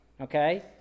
Okay